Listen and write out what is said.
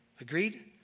Agreed